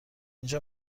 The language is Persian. اینجا